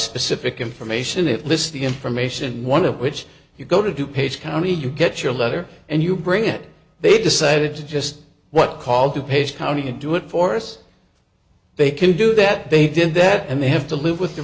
specific information it lists the information one of which you go to two page county you get your letter and you bring it they decided to just what called to page county and do it for us they can do that they did that and they have to live with the